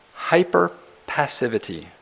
Hyper-passivity